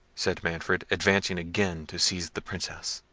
said manfred, advancing again to seize the princess.